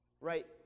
Right